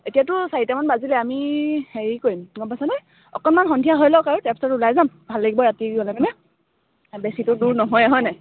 এতিয়াতো চাৰিটামান বাজিলেই আমি হেৰি কৰিম গ'ম পাইছনে অকণমান সন্ধিয়া হৈ লওক আৰু তাৰপিছত ওলাই যাম ভাল লাগিব ৰাতি গ'লে মানে বেছিতো দূৰ নহয়েই হয় নাই